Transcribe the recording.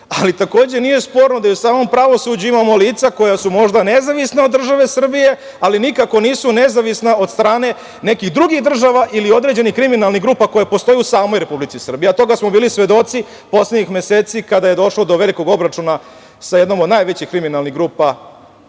vlasti. Takođe nije sporno da u samom pravosuđu imamo lica koja su možda nezavisna od države Srbije, ali nikako nisu nezavisna od strane nekih drugih država ili određenih kriminalnih grupa koje postoje u samoj Republici Srbiji. Toga smo bili svedoci poslednjih meseci kada je došlo do velikog obračuna sa jednom od najvećih kriminalnih grupa